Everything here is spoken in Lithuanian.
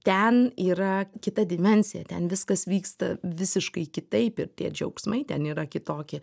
ten yra kita dimensija ten viskas vyksta visiškai kitaip ir tie džiaugsmai ten yra kitokie